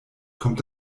kommt